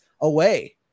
away